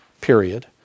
period